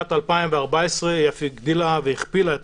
בשנת 2014 היא אף הגדילה והכפילה את